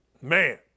Man